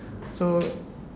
so